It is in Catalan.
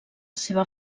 seva